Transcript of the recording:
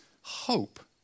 Hope